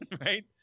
right